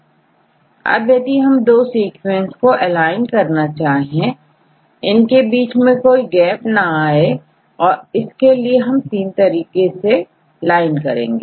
अब यदि हम दो सीक्वेंस को एलाइन करना चाहे इनके बीच में कोई गैप ना आए इसके लिए 3 तरीके से लाइन करेंगे